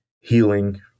healing